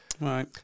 Right